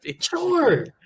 Sure